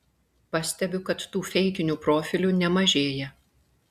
pastebiu kad tų feikinių profilių nemažėja